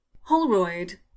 Holroyd